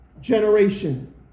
generation